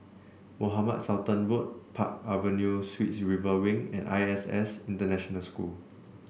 Mohamed Sultan Road Park Avenue Suites River Wing and I S S International School